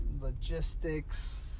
logistics